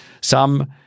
some-